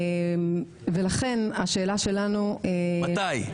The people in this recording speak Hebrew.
ולכן השאלה שלנו היא --- מתי.